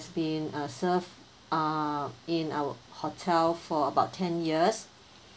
been uh serve uh in our hotel for about ten years